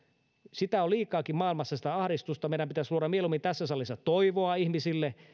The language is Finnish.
sitä ahdistusta on liikaakin maailmassa meidän pitäisi luoda mieluummin tässä salissa toivoa ihmisille